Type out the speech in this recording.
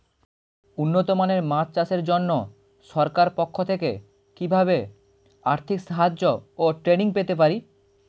উন্নত মানের মাছ চাষের জন্য সরকার পক্ষ থেকে কিভাবে আর্থিক সাহায্য ও ট্রেনিং পেতে পারি?